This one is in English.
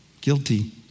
Guilty